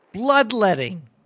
Bloodletting